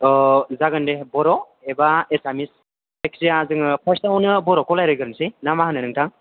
अ जागोन दे बर' एबा एसामिस जायखिजाया जोङो फार्स्टआवनो बर'खौ रायज्लायग्रोनोसै ना मा होनो नोंथां